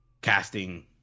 casting